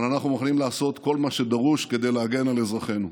אבל אנחנו מוכנים לעשות כל מה שדרוש כדי להגן על אזרחינו.